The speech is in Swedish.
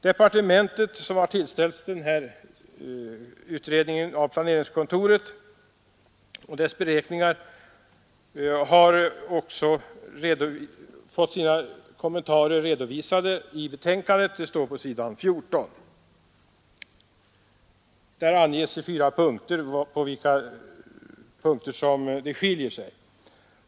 Försvarsdepartementet har granskat planeringskontorets beräkningar, och dess kommentar finns på s. 14 i betänkandet. Där anges i fyra punkter på vilka ställen det skiljer sig.